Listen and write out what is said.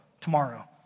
tomorrow